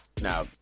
Now